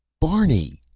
barney,